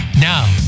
Now